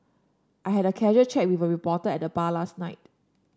I had a casual chat with a reporter at the bar last night